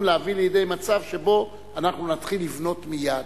להביא לידי מצב שבו אנחנו נתחיל לבנות מייד.